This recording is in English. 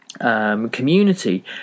community